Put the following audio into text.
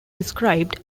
described